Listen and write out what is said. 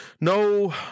no